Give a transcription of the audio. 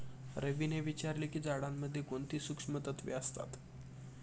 रवीने विचारले की झाडांमध्ये कोणती सूक्ष्म तत्वे असतात?